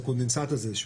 הקונדנסט הזה,